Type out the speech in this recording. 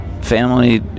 family